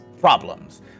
problems